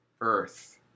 earth